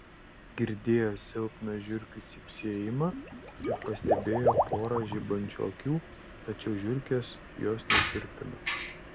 girdėjo silpną žiurkių cypsėjimą ir pastebėjo porą žibančių akių tačiau žiurkės jos nešiurpino